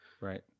right